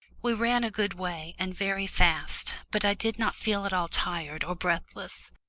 we ran a good way, and very fast. but i did not feel at all tired or breathless.